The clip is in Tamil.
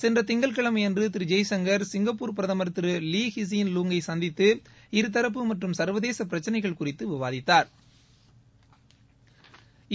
சென்ற திங்கட்கிழமை அன்று திரு ஜெய்சங்கர் சிங்கப்பூர் பிரதூர் திரு லீ ஹிசியன் லூங் யை சந்தித்து இருதரப்பு மற்றும் சர்வதேச பிரச்சினைகள் குறித்து விவாதித்தாா்